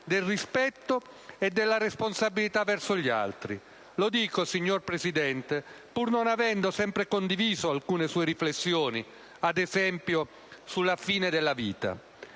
del rispetto e della responsabilità verso gli altri. Lo dico, signor Presidente, pur non avendo sempre condiviso alcune sue riflessioni, ad esempio sulla fine della vita.